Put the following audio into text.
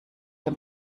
dem